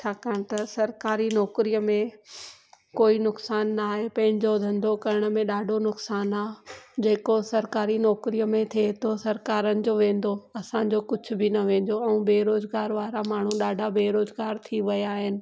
छाकाणि त सरकारी नौकरीअ में कोई नुकसानु न आहे पंहिंजो धंधो करण में ॾाढो नुकसानु आहे जेको सरकारी नौकरीअ में थिए थो सरकारनि जो वेंदो असांजो कुझु बि न वेंदो ऐं बेरोज़गार वारा माण्हू ॾाढा बेरोज़गार थी विया आहिनि